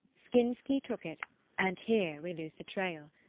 skinsky took it and here we lose the trail.